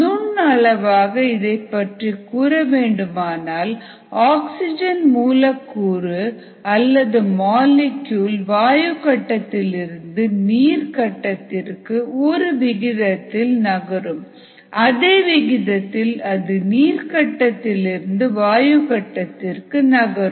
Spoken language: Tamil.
நுண்அளவாக இதைப்பற்றி கூறவேண்டுமானால் ஆக்சிஜன் மூலக்கூறு அல்லது மாலிக்கூல் வாயு கட்டத்திலிருந்து நீர் கட்டத்திற்கு ஒரு விகிதத்தில் நகரும் அதே விகிதத்தில் அது நீர் கட்டத்திலிருந்து வாயு கட்டத்திற்கு நகரும்